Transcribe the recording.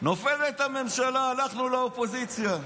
נופלת הממשלה, הלכנו לאופוזיציה.